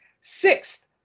sixth